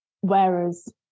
Whereas